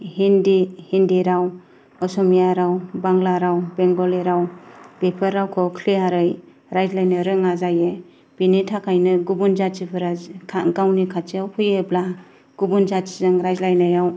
हिन्दी हिन्दी राव असमीया राव बांग्ला राव बेंगलि राव बेफोर रावखौ ख्लियारै रायज्लायनो रोङा जायो बेनिथाखायनो गुबुन जाथिफोरा गावनि खाथियाव फैयोब्ला गुबुन जाथिजों रायज्लायनायाव